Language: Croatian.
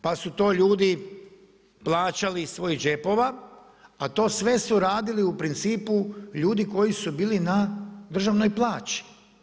Pa su to ljudi plaćali iz svojih džepova, a to sve su radili u principu, ljudi koji su bili na državnoj plaći.